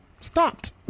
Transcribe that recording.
stopped